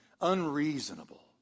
unreasonable